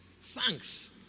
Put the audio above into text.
Thanks